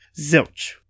zilch